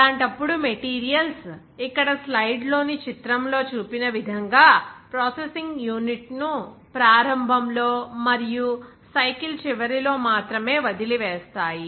అలాంటప్పుడు మెటీరియల్స్ ఇక్కడ స్లైడ్లోని చిత్రంలో చూపిన విధంగా ప్రాసెసింగ్ యూనిట్ను ప్రారంభంలో మరియు సైకిల్ చివరిలో మాత్రమే వదిలివేస్తాయి